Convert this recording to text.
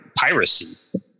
piracy